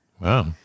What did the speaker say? Wow